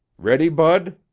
ready, bud?